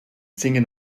singen